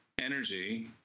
energy